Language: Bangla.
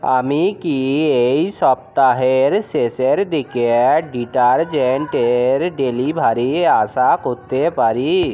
আমি কি এই সপ্তাহের শেষের দিকে ডিটারজেন্ট এর ডেলিভারি আশা করতে পারি